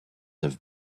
have